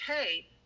okay